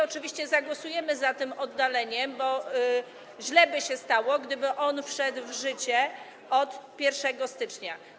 Oczywiście zagłosujemy za tym oddaleniem, bo źle by się stało, gdyby wszedł on w życie od 1 stycznia.